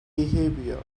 behaviour